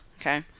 Okay